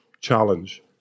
challenge